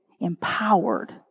empowered